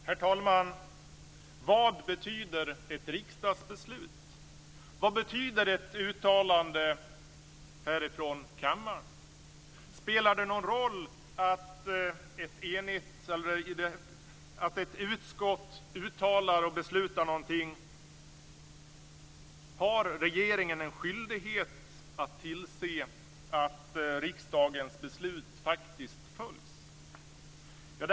Herr talman! Vad betyder ett riksdagsbeslut? Vad betyder ett uttalande härifrån kammaren? Spelar det någon roll att ett utskott uttalar och beslutar någonting? Har regeringen en skyldighet att tillse att riksdagens beslut faktiskt följs?